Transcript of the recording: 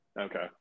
Okay